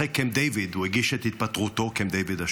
אחרי קמפ-דיוויד השני הוא הגיש את התפטרותו לברק.